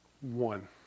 One